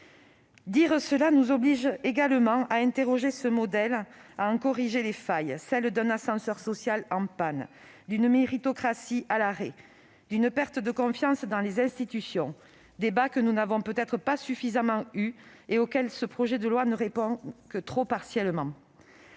Dire cela nous oblige également à interroger ce modèle, à en corriger les failles, notamment celles d'un ascenseur social en panne, d'une méritocratie à l'arrêt, d'une perte de confiance dans les institutions. Voilà un débat que nous n'avons peut-être pas suffisamment eu et un sujet sur lequel ce projet de loi n'apporte une réponse que trop partielle.